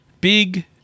big